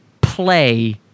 play